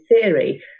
theory